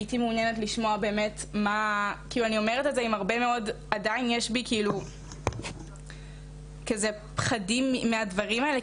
אני אומרת את זה כשעדיין יש בי כאילו כאלו פחדים מהדברים האלה.